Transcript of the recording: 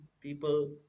people